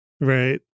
Right